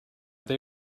they